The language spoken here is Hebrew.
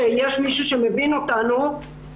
שיש מי שמבין אותנו.